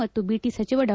ಮತ್ತು ಬಿಟಿ ಸಚಿವ ಡಾ